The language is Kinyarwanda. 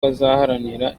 bazaharanira